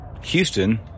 Houston